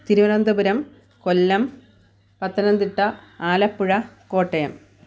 Thiruvananthapuram Kollam Pathanamthitta Alappuzha Kottayam